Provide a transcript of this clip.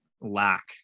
lack